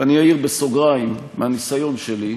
אני אעיר בסוגריים, מהניסיון שלי,